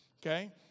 Okay